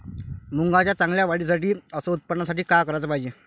मुंगाच्या चांगल्या वाढीसाठी अस उत्पन्नासाठी का कराच पायजे?